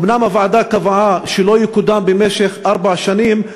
אומנם הוועדה קבעה שהוא לא יקודם במשך ארבע שנים,